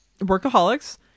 workaholics